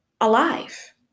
alive